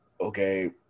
Okay